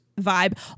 vibe